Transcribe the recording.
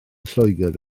lloegr